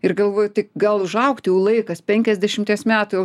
ir galvoju tai gal užaugt jau laikas penkiasdešimties metų jau